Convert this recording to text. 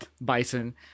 Bison